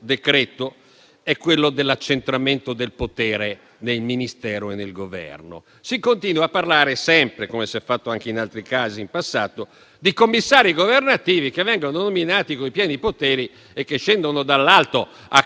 decreto in esame è quello dell'accentramento del potere nel Ministero e nel Governo. Si continua a parlare sempre - come si è fatto anche in altri casi in passato - dei commissari governativi che vengono nominati con i pieni poteri e che scendono dall'alto, in